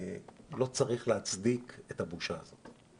לא צריך להצדיק את הבושה הזאת.